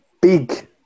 big